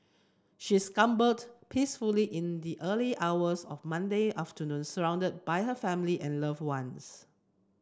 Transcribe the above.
she succumbed peacefully in the early hours of Monday afternoon surrounded by her family and loved ones